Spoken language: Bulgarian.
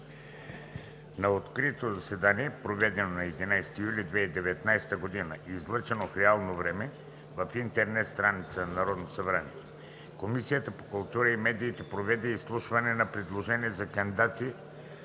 „На открито заседание, проведено на 11 юли 2019 г. и излъчено в реално време в интернет страницата на Народното събрание, Комисията по културата и медиите проведе изслушване на предложените кандидати